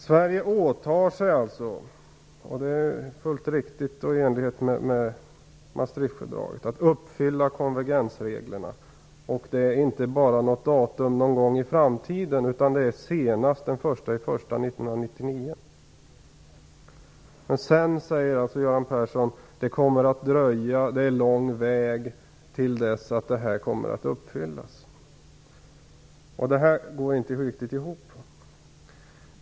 Sverige åtar sig alltså - och det är fullt riktigt och i enlighet med Maastrichtfördraget - att uppfylla konvergenskriterierna. Det är inte bara fråga om något datum någon gång i framtiden utan det rör sig om senast den 1 januari 1999. Sedan säger Göran Persson att det kommer att dröja och att det är lång väg till dess att kraven kommer att uppfyllas. Detta går inte riktigt ihop.